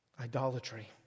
idolatry